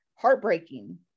heartbreaking